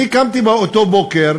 אני קמתי באותו בוקר